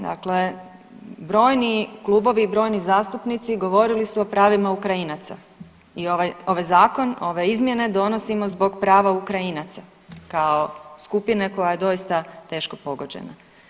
Dakle, brojni klubovi i brojni zastupnici govorili su o pravima Ukrajinaca i ovaj zakon, ove izmjene donosimo zbog prava Ukrajinaca kao skupine koja je doista teško pogođena.